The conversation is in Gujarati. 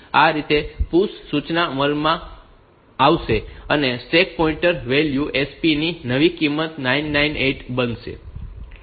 તેથી આ રીતે PUSH સૂચના અમલમાં આવશે અને સ્ટેક પોઇન્ટર વેલ્યુ SP ની નવી કિંમત 998 બનશે